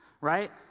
right